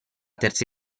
terza